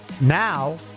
now